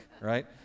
right